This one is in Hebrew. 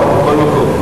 בכל מקום.